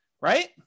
right